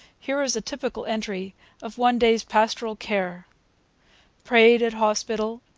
here is a typical entry of one day's pastoral care prayed at hospital.